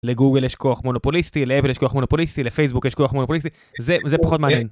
לגוגל יש כוח מונופוליסטי לאפל כוח מונופוליסטי לפייסבוק יש כוח מונופוליסטי זה זה פחות מעניין.